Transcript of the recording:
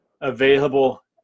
available